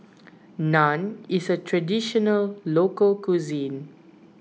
Naan is a Traditional Local Cuisine